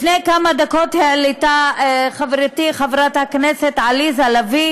לפני כמה דקות העלתה חברתי חברת הכנסת עליזה לביא